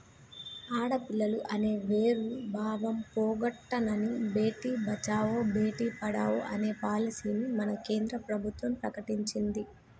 ఆడపిల్లలు అనే వేరు భావం పోగొట్టనని భేటీ బచావో బేటి పడావో అనే పాలసీని మన కేంద్ర ప్రభుత్వం ప్రకటించింది